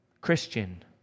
Christian